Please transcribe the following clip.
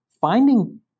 Finding